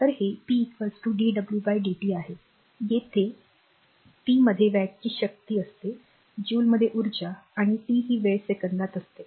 तर हे p dw dt आहे जेथे p मध्ये वॅट्सची शक्ती असते जूल मध्ये ऊर्जा आणि टी ही वेळ सेकंदात असते